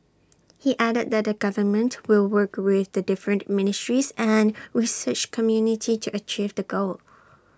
he added that the government will work with the different ministries and research community to achieve the goal